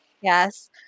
Yes